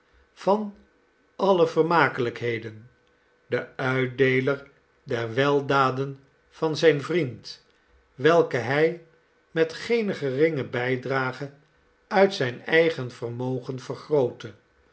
van alle vermakelijkheden de uitdeeler der weldaden van zijn vriend welke hij met geene geringe bijdrage uit zijn eigen vermogen vergrootte